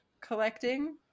collecting